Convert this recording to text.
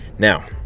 Now